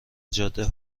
جاده